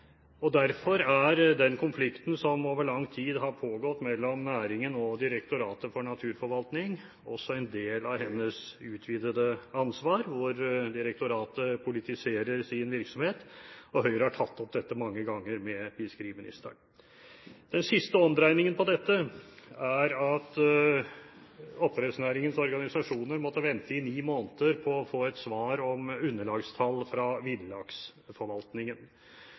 og Direktoratet for naturforvaltning, også en del av hennes utvidede ansvar, hvor direktoratet politiserer sin virksomhet. Høyre har tatt opp dette mange ganger med fiskeriministeren. Den siste omdreiningen på dette er at oppdrettsnæringens organisasjoner måtte vente i ni måneder på å få et svar om underlagstall fra